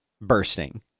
bursting